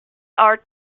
are